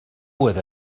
with